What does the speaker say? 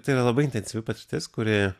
tai yra labai intensyvi patirtis kuri